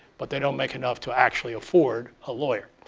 but they don't make enough to actually afford a lawyer.